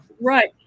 right